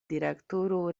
direktoro